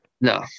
No